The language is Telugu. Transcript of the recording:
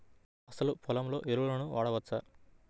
అసలు పొలంలో ఎరువులను వాడవచ్చా?